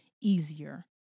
easier